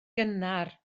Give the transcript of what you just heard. gynnar